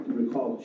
recall